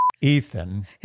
Ethan